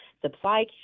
supply